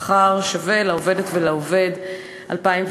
שכר שווה לעובדת ולעובד (תיקון מס' 3),